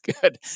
good